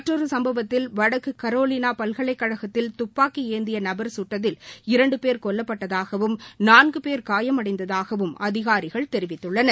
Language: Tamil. மற்றொரு சும்பவத்தில் வடக்கு கரோலினா பல்கலைக்கழகத்தில் துப்பாக்கி ஏந்திய நபர் கட்டதில் இரண்டு பேர் கொல்லப்பட்டதாகவும் நான்கு பேர் காயமடைந்ததாகவும் அதிகாரிகள் தெரிவித்துள்ளனர்